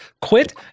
quit